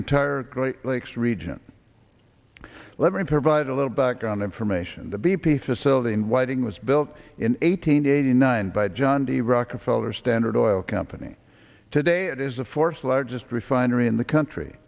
entire great lakes region let me provide a little background information the b p facility in whiting was built in eight hundred eighty nine by john d rockefeller standard oil company today it is the fourth largest refinery in the country